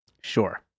Sure